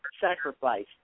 sacrifice